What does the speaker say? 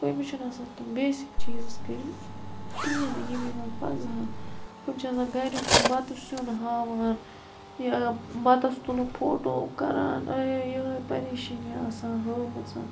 أمِس چھِنہٕ آسان تِم بیسِک چیٖز کٔرۍ مِتۍ کِہیٖنۍ نہٕ یِم یِمَن پَزٕ ہان یِم چھِ آسان گھریٛک سُہ بَتہٕ سیٛن ہاوان یا بَتَس تُلُکھ فوٹو کَران یِہٲے پَریشٲنی آسان ہٲومٕژ